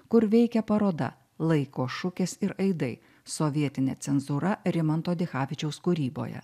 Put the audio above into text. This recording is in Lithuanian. kur veikia paroda laiko šukės ir aidai sovietinė cenzūra rimanto dichavičiaus kūryboje